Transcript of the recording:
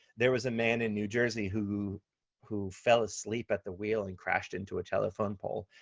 there was a man in new jersey who who fell asleep at the wheel and crashed into a telephone pole,